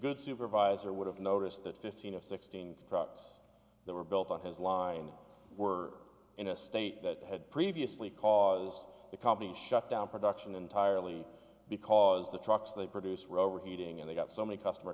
good supervisor would have noticed that fifteen or sixteen products that were built on his line were in a state that had previously caused the company shut down production entirely because the trucks they produce rover heating and they got so many customer